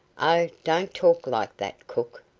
oh, don't talk like that, cook.